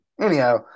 anyhow